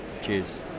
Cheers